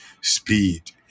speed